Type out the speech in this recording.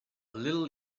little